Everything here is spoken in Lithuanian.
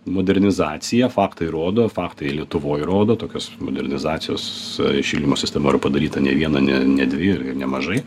modernizaciją faktai rodo faktai lietuvoj rodo tokios modernizacijos šildymo sistema yra padaryta ne viena ne dvi ir nemažai